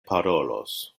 parolos